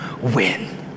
win